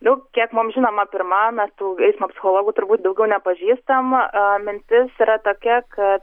jau kiek mums žinoma pirma mes tų eismo psichologų turbūt daugiau nepažįstam mintis yra tokia kad